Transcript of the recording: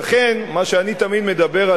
לכן מה שאני תמיד אומר,